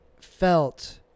felt